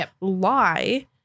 lie